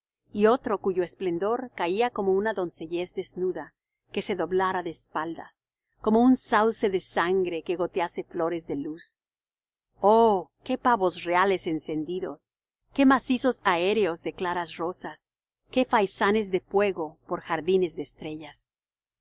y otros cuyo esplendor caía como una doncellez desnuda que se doblara de espaldas como un sauce de sangre que gotease flores de luz oh qué pavos reales encendidos qué macizos aéreos de claras rosas qué faisanes de fuego por jardines de estrellas